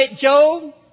Job